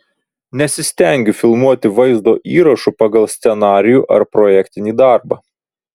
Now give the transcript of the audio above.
nesistengiu filmuoti vaizdo įrašų pagal scenarijų ar projektinį darbą